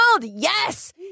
Yes